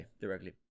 directly